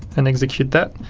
and execute that,